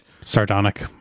Sardonic